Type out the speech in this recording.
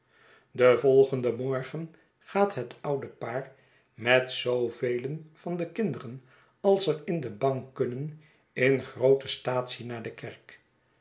den volgenden morgen gaat het oude paar met zoovelen van de kinderen als er in de bank kunnen in groote staatsie naar dekerk